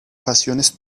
pasiones